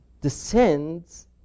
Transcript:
descends